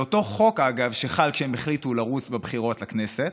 זה אותו חוק שחל כשהם החליטו לרוץ בבחירות לכנסת.